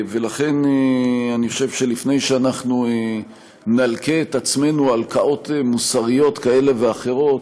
ולכן אני חושב שלפני שאנחנו נלקה את עצמנו הלקאות מוסריות כאלה ואחרות,